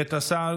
את השר